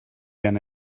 gen